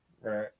Right